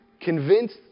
convinced